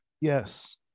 Yes